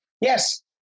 Yes